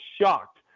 shocked